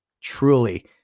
truly